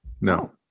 no